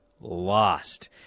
lost